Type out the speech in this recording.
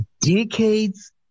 decades